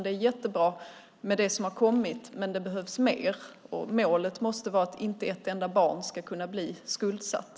Det är jättebra med det som har kommit, men det behövs mer, och målet måste vara att inte ett enda barn ska kunna bli skuldsatt.